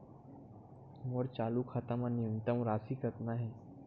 मोर चालू खाता मा न्यूनतम राशि कतना हे?